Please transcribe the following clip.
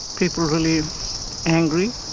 people really angry.